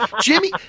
Jimmy